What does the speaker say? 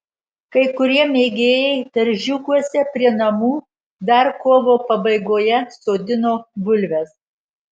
kai kurie mėgėjai daržiukuose prie namų dar kovo pabaigoje sodino bulves